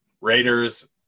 Raiders